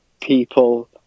people